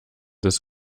des